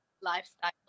lifestyle